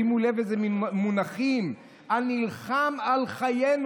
שימו לב איזה מין מונחים, "הנלחם על חיינו".